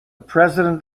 president